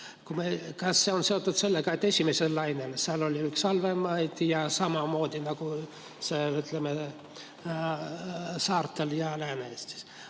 Kas see on seotud sellega, et esimese laine ajal oli seal üks halvemaid seise ja samamoodi ka saartel ja Lääne-Eestis?